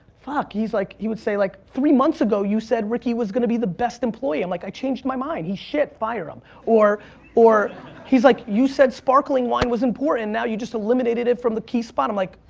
fuck he's like, he would say like three months ago, you said ricky was going to be the best employee. i'm like, i changed my mind. he shit fire him. or or he's like you said, sparkling wine was important now you just eliminated it from the key spot. i'm like,